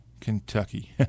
Kentucky